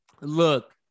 look